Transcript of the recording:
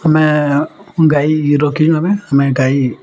ଆମେ ଗାଈ ରଖିଛୁ ଆମେ ଆମେ ଗାଈ